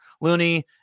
Looney